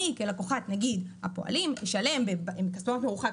אני מקווה שהמדיניות הגיעה